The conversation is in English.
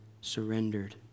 surrendered